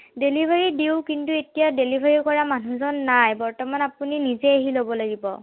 delivery দিওঁ কিন্তু এতিয়া ডিলিভাৰী কৰা মানুহজন নাই বৰ্তমান আপুনি নিজে আহি ল'ব লাগিব